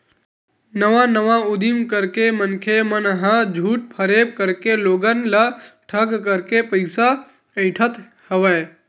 नवा नवा उदीम करके मनखे मन ह झूठ फरेब करके लोगन ल ठंग करके पइसा अइठत हवय